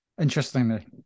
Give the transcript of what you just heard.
interestingly